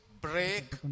break